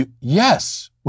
yes